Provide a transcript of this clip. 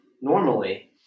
normally